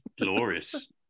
Glorious